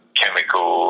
chemical